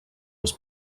was